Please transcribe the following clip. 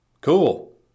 Cool